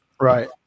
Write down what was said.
Right